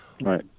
Right